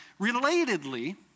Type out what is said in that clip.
relatedly